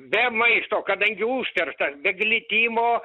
be maisto kadangi užterštas be glitimo